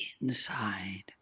inside